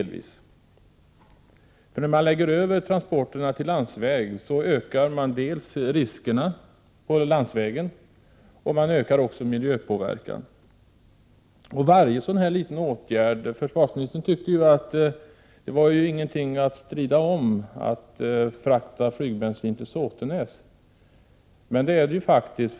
Lägger man över transporterna till landsväg ökar man dels riskerna på landsvägen, dels miljöpåverkan. Försvarsministern tyckte inte att flygbensin till Såtenäs var någonting att strida om. Men det är det faktiskt.